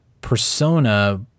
persona